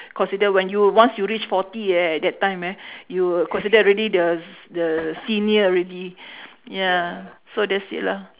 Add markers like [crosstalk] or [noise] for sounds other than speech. consider when you were once you reach forty eh at that time eh [breath] you consider already the s~ the senior already [breath] yeah so that's it lah